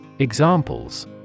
Examples